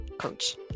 coach